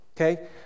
okay